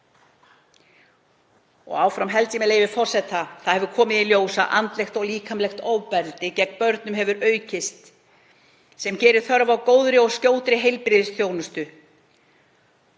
Áfram held ég: Það hefur komið í ljós að andlegt og líkamlegt ofbeldi gegn börnum hefur aukist, sem gerir þörf á góðri og skjótri heilbrigðisþjónustu